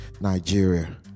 Nigeria